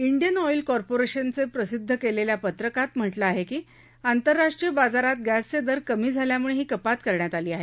Indian Oil कॉर्पोरेशनने प्रसिद्ध केलेल्या पत्रकात म्हटलं आहे की आंतरराष्ट्रीय बाजारात गस्त्री दर कमी झाल्यामुळं ही कपात करण्यात आली आहे